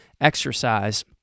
exercise